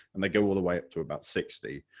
and they go all the way up to about sixty